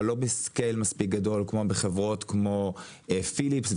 אבל לא מספיק גדול בחברות כמו פיליפס,